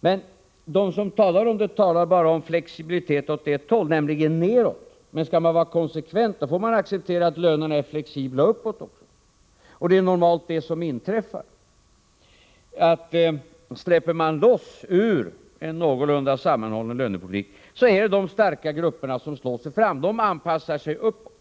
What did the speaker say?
men de som talar om detta talar bara om flexibilitet åt ett enda håll, nämligen neråt. Skall man vara konsekvent får man emellertid acceptera att lönerna är flexibla uppåt också, och det är normalt det som inträffar. Släpper man loss från en någorlunda sammanhållen lönepolitik är det de starka grupperna som slår sig fram — de anpassar sig uppåt.